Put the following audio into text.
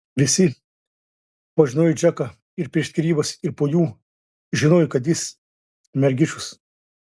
visi pažinoję džeką ir prieš skyrybas ir po jų žinojo kad jis mergišius